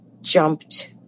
jumped